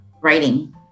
writing